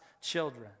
children